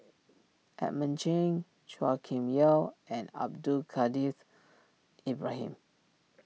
Edmund Chen Chua Kim Yeow and Abdul Kadir's Ibrahim